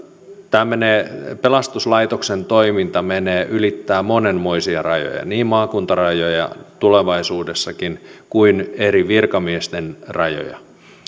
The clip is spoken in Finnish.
tämä pelastuslaitoksen toiminta ylittää monenmoisia rajoja niin maakuntarajoja tulevaisuudessakin kuin eri virkamiesten rajoja